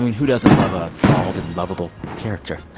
who doesn't love a bald and lovable character.